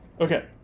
Okay